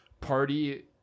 party